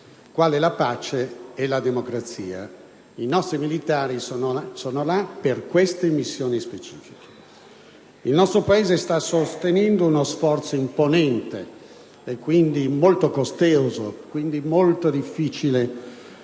quali la pace e la democrazia. I nostri militari sono là per queste missioni specifiche. Il nostro Paese sta sostenendo uno sforzo imponente e costoso e quindi è molto difficile